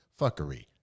fuckery